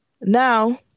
now